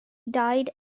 died